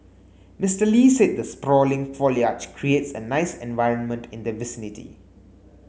Mister Lee said the sprawling foliage creates a nice environment in the vicinity